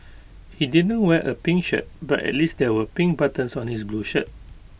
he didn't wear A pink shirt but at least there were pink buttons on his blue shirt